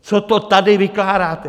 Co to tady vykládáte?